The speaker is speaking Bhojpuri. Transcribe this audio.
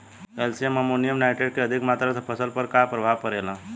कैल्शियम अमोनियम नाइट्रेट के अधिक मात्रा से फसल पर का प्रभाव परेला?